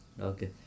Okay